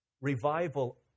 Revival